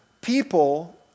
people